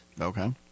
Okay